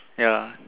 ya